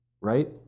right